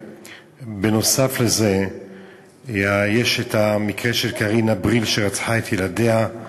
ונוסף על זה יש קרינה בריל שרצחה את ילדיה,